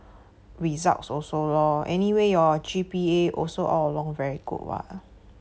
results also lor anyway your G_P_A also all along very good [what]